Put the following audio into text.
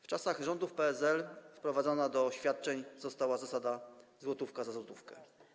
W czasach rządów PSL wprowadzona do świadczeń została zasada złotówka za złotówkę.